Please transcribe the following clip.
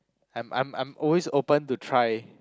I'm I'm I'm always open to try